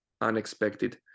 unexpected